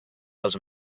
dels